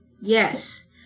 Yes